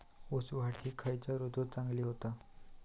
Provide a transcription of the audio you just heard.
ऊस वाढ ही खयच्या ऋतूत चांगली होता?